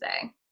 today